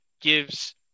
gives